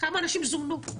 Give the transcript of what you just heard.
כמה אנשים זומנו.